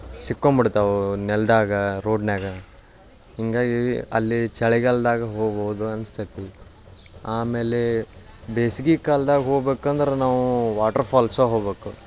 ಸಿಕ್ಕೊಂಡ್ ಬಿಡ್ತವೆ ನೆಲದಾಗ ರೋಡ್ನ್ಯಾಗ ಹೀಗಾಗಿ ಅಲ್ಲಿ ಚಳಿಗಾಲ್ದಾಗ ಹೋಗ್ಬೌದು ಅನಿಸ್ತೈತಿ ಆಮೇಲೆ ಬೇಸ್ಗೆ ಕಾಲ್ದಾಗ ಹೋಗ್ಬೇಕಂದ್ರೆ ನಾವು ವಾಟ್ರ್ ಫಾಲ್ಸೇ ಹೋಗಬೇಕು